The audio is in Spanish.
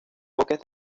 bosques